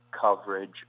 coverage